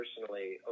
personally